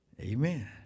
Amen